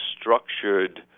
structured